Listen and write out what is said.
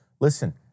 listen